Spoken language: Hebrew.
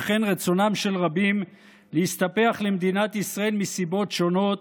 וכן רצונם של רבים להסתפח למדינת ישראל מסיבות שונות